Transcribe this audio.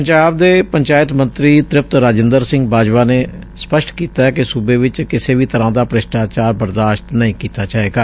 ਪੰਜਾਬ ਦੇ ਪੰਚਾਇਤ ਮੰਤਰੀ ਤ੍ਰਿਪਤ ਰਾਜਿੰਦਰ ਸਿੰਘ ਬਾਜਵਾ ਨੇ ਸਪਸ਼ਟ ਕੀਤੈ ਕਿ ਸੁਬੇ ਚ ਕਿਸੇ ਵੀ ਤਰ੍ਹਾਂ ਦਾ ਭ੍ਸਿਸ਼ਟਾਚਾਰ ਬਰਦਾਸ਼ਤ ਨਹੀਂ ਕੀਤਾ ਜਾਵੇਗਾ